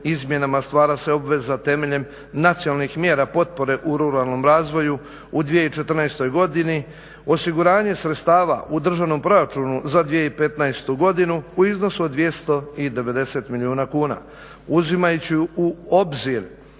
izmjenama stvara se obveza temeljem nacionalnih mjera potpore u ruralnom razvoju u 2014.godini, osiguranje sredstava u državnom proračunu za 2015.godinu u iznosu od 290 milijuna kuna. Uzimajući u obzir